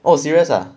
oh serious ah